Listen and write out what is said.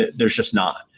there's just not.